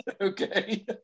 Okay